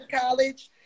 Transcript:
college